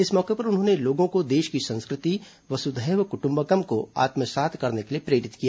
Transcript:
इस मौके पर उन्होंने लोगों को देश की संस्कृति वसुधैव क्टम्बकम को आत्मसात करने के लिए प्रेरित किया